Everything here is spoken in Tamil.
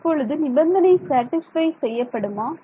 இப்பொழுது நிபந்தனை சேட்டிஸ்ஃபை செய்யப்படுமா